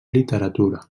literatura